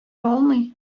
алмый